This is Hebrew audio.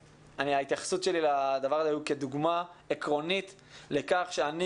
ההתייחסות שלי לדבר הזה הייתה כדוגמה עקרונית לכך שאני